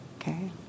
Okay